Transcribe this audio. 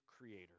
creator